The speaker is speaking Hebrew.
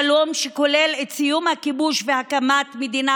שלום שכולל את סיום הכיבוש והקמת מדינה